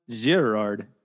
Gerard